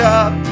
up